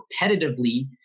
repetitively